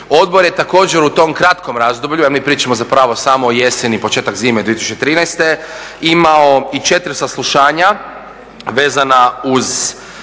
Odbor je također u tom kratkom razdoblju, a mi pričamo zapravo samo o jeseni, početak zime 2013., imao i 4 saslušanja vezana uz